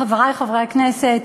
חברי חברי הכנסת,